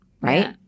right